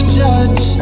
judge